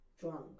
Drunk